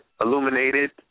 illuminated